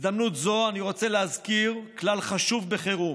בהזדמנות זו אני רוצה להזכיר כלל חשוב בחירום: